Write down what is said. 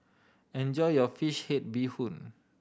enjoy your fish head bee hoon